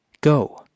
Go